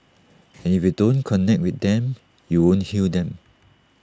and if you don't connect with them you won't heal them